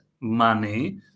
money